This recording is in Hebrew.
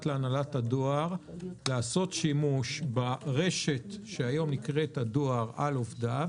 להנהלת הדואר לעשות שימוש ברשת שהיום נקראת הדואר על עובדיו,